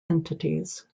entities